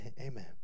Amen